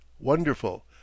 wonderful